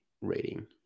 rating